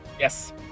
Yes